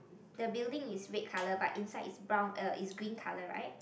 the building is red colour but inside is brown uh is green colour right